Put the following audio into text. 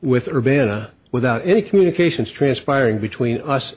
with ravana without any communications transpiring between us